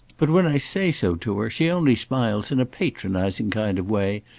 but when i say so to her, she only smiles in a patronising kind of way,